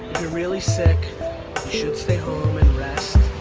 really sick, you should stay home and rest